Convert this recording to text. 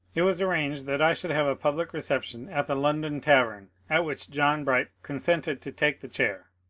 it was arranged that i should have a public reception at the london tavern, at which john bright consented to take the chair.